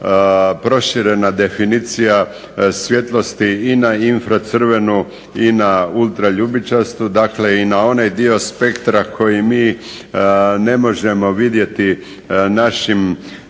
proširena definicija svjetlosti i na infracrvenu i na ultraljubičastu, dakle i na onaj dio spektra koji mi ne možemo vidjeti našim